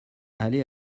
aller